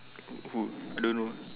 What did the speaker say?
who I don't know